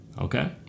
Okay